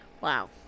Wow